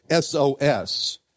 SOS